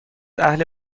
اهل